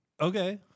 Okay